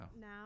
now